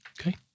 Okay